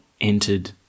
entered